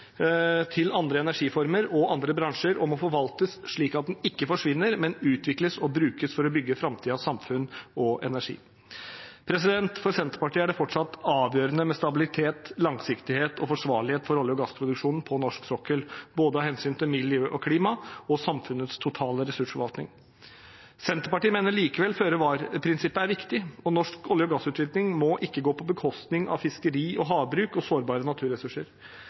til andre energiformer og andre bransjer og må forvaltes slik at den ikke forsvinner, men utvikles og brukes for å bygge framtidens samfunn og energi. For Senterpartiet er det fortsatt avgjørende med stabilitet, langsiktighet og forsvarlighet i olje- og gassproduksjonen på norsk sokkel – av hensyn til både miljø og klima og samfunnets totale ressursforvaltning. Senterpartiet mener likevel at føre-var-prinsippet er viktig. Norsk olje- og gassutvinning må ikke gå på bekostning av fiskeri og havbruk og sårbare naturressurser.